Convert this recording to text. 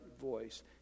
voice